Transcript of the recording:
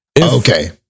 Okay